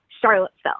Charlottesville